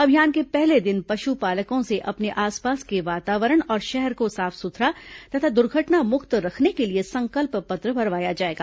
अभियान के पहले दिन पशुपालकों से अपने आसपास के वातावरण और शहर को साफ सुथरा तथा दुर्घटनामुक्त रखने के लिए संकल्प पत्र भरवाया जाएगा